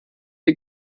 die